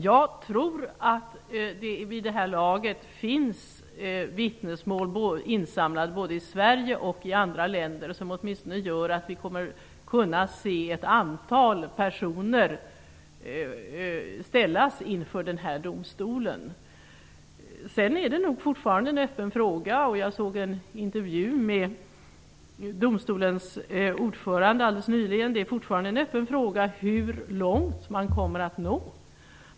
Jag tror att det vid det här laget finns insamlade vittnesmål, både i Sverige och i andra länder, vittnesmål som gör att vi kommer att kunna se ett antal personer ställda inför denna domstol. Hur långt man kommer att nå är nog en öppen fråga. Jag såg helt nyligen en intervju med domstolens ordförande; det verkar fortfarande vara en öppen fråga.